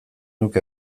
nuke